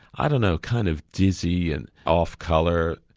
i don't know, kind of dizzy and off colour.